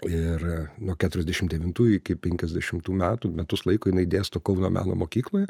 ir nuo keturiasdešimt devintų iki penkiasdešimtų metų metus laiko jinai dėsto kauno meno mokykloje